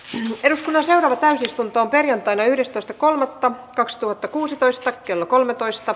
sen sijaan täysistuntoon perjantaina yhdestoista kolmatta kaksituhattakuusitoista kello kolmetoista